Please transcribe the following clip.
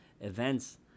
events